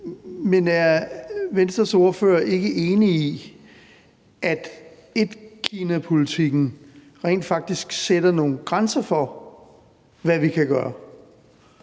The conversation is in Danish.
Men er Venstres ordfører ikke enig i, at etkinapolitikken rent faktisk sætter nogle grænser for, hvad vi kan gøre,